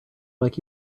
like